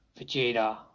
Vegeta